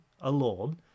alone